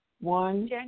one